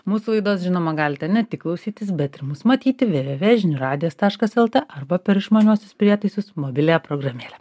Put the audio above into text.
mūsų laidos žinoma galite ne tik klausytis bet ir mus matyti vėvėvė žinių radijas taškas lt arba per išmaniuosius prietaisus mobiliąją programėlę